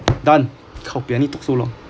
done kaopei I need to